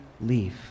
leave